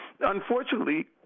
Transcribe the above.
unfortunately